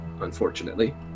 unfortunately